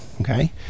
okay